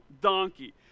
donkey